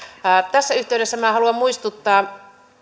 tässä yhteydessä minä haluan muistuttaa